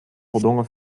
voldongen